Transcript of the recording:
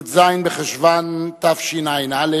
י"ז בחשוון התשע"א,